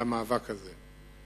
למאבק הזה.